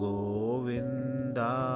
Govinda